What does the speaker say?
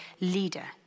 leader